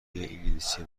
انگلیسی